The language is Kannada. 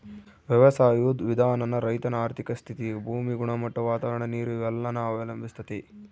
ವ್ಯವಸಾಯುದ್ ವಿಧಾನಾನ ರೈತನ ಆರ್ಥಿಕ ಸ್ಥಿತಿ, ಭೂಮಿ ಗುಣಮಟ್ಟ, ವಾತಾವರಣ, ನೀರು ಇವೆಲ್ಲನ ಅವಲಂಬಿಸ್ತತೆ